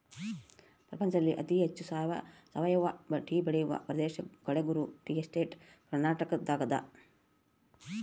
ಪ್ರಪಂಚದಲ್ಲಿ ಅತಿ ಹೆಚ್ಚು ಸಾವಯವ ಟೀ ಬೆಳೆಯುವ ಪ್ರದೇಶ ಕಳೆಗುರು ಟೀ ಎಸ್ಟೇಟ್ ಕರ್ನಾಟಕದಾಗದ